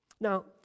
Now